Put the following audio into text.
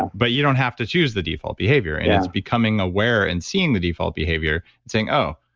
but you don't have to choose the default behavior. and it's becoming aware and seeing the default behavior and saying, oh,